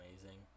amazing